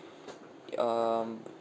um